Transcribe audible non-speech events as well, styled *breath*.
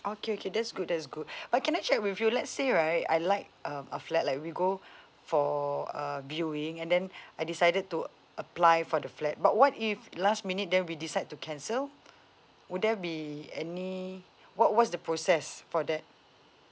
okay okay that's good that is good *breath* oh can I check with you let's say right I like um a flat like we go for uh viewing and then I decided to apply for the flat but what if last minute then we decide to cancel would there be any what what's the process for that